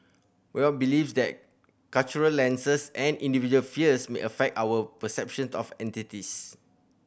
Boyd believes that cultural lenses and individual fears may affect our perception of entities